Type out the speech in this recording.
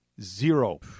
zero